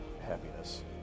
happiness